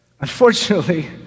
Unfortunately